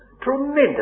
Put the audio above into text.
tremendous